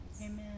Amen